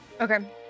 Okay